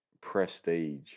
prestige